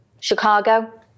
Chicago